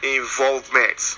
involvement